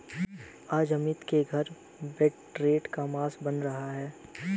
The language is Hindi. आज अमित के घर बटेर का मांस बन रहा है